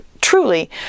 truly